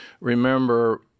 Remember